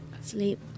Sleep